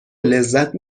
لذت